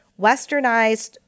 westernized